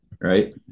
right